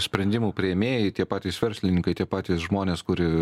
sprendimų priėmėjai tie patys verslininkai tie patys žmonės kurie